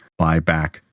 buyback